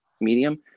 medium